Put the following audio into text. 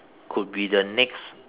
could be the next